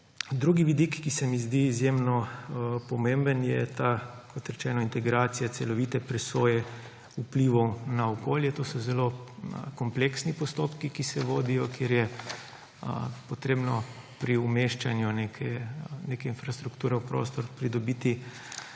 Drugi vidik, ki se mi zdi izjemno pomemben, je ta, kot rečeno, integracija celovite presoje vplivov na okolje, to so zelo kompleksni postopki, ki se vodijo, kjer je treba pri umeščanju neke infrastrukture v prostor pridobiti